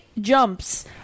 jumps